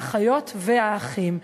האחיות והאחים.